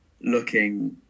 looking